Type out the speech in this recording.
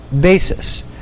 basis